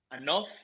enough